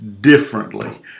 differently